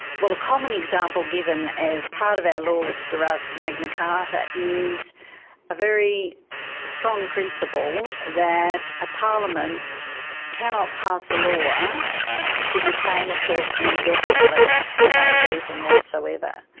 well, a common example given as part of our law which derives from magna carta is a very strong principle that a parliament cannot pass a law to detain a person indefinitely for no reason whatsoever.